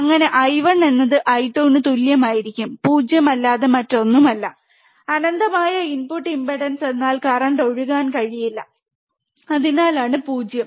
അങ്ങനെ I1 എന്നത് I2 ന് തുല്യമായിരിക്കും 0 അല്ലാതെ മറ്റൊന്നുമില്ല അനന്തമായ ഇൻപുട്ട് ഇംപെഡൻസ് എന്നാൽ കറൻറ് ഒഴുകാൻ കഴിയില്ല അതിനാലാണ് ഇത് 0